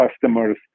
customers